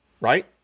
Right